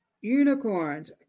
unicorns